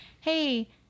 hey